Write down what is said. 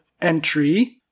entry